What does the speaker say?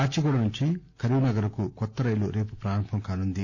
కాచిగూడ నుంచి కరీంనగర్ కు కొత్త రైలు రేపు ప్రారంభం కానుంది